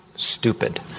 stupid